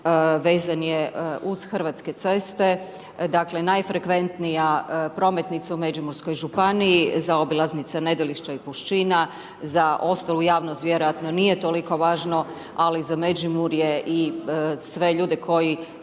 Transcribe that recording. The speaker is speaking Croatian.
vezan je uz Hrvatske ceste, dakle, najfrekventnija prometnica u Međimurskoj županiji, zaobilaznica Nedelišće i Pušćina, za ostalu javnost vjerojatno nije toliko važno, ali za Međimurje i sve ljude koji